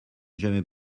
jamais